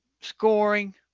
scoring